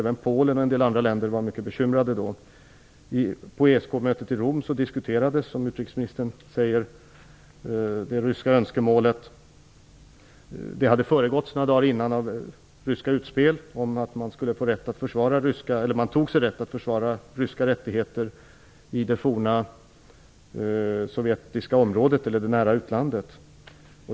Även i Polen och i en del andra länder var man då mycket bekymrade. På ESK-mötet i Rom diskuterades det ryska önskemålet, vilket utrikesministern sade. Det hade några dagar innan föregåtts av ryska utspel om att man tog sig rätten att försvara ryska rättigheter i det forna sovjetiska området eller det nära utlandet.